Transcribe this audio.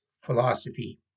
philosophy